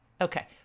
Okay